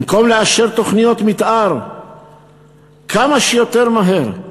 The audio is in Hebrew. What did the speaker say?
במקום לאשר תוכניות מתאר כמה שיותר מהר,